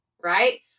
right